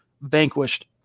vanquished